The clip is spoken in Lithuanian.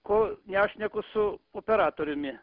kol nešneku su operatoriumi